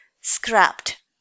Scrapped